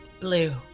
Blue